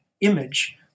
image